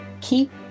keep